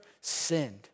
sinned